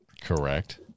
Correct